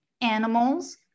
animals